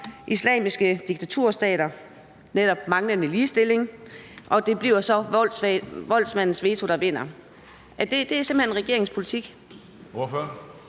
islamiske diktaturstater, f.eks. med hensyn til manglende ligestilling, og det bliver så voldsmandens veto, der vinder. Er det simpelt hen regeringens politik?